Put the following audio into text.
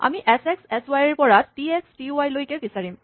আমি H X H Y ৰ পৰা টি এক্স টি ৱাই লৈকে বিচাৰিম